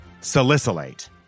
salicylate